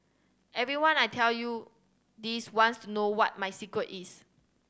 everyone I tell you this wants to know what my secret is